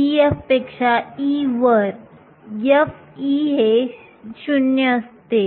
Ef पेक्षा E वर f हे 0 असते